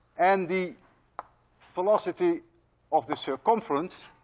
and the velocity of the circumference,